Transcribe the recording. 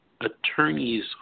attorneys